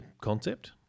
concept